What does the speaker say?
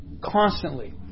Constantly